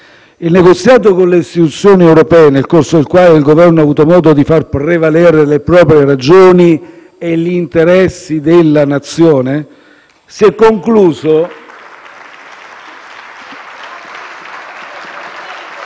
il negoziato con le istituzioni europee, nel corso del quale il Governo ha avuto modo di far prevalere le proprie ragioni e gli interessi della nazione. *(Applausi